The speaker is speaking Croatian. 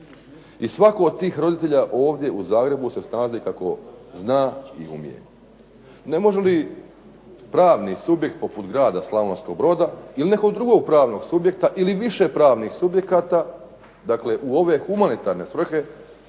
i svako od tih roditelja ovdje u Zagrebu se snalazi kako zna i umije. Ne može li pravni subjekt poput Grada Slavonskog Broda ili nekog drugog pravnog subjekta ili više pravnih subjekata, dakle u ove humanitarne svrhe